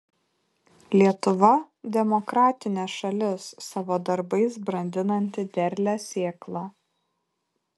lietuva demokratinė šalis savo darbais brandinanti derlią sėklą